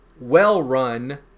well-run